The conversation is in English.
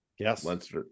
Yes